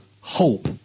hope